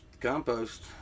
compost